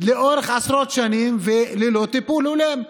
לאורך עשרות שנים, ללא טיפול הולם.